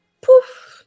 poof